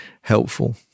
helpful